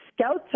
scouts